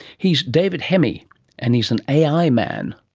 he's david hemmi and he's an ai man.